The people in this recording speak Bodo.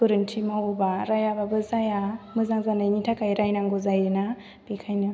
गोरोन्थि मावोबा रायाबाबो जाया मोजां जानायनि थाखाय रायनांगौ जायोना बेखायनो